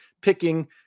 picking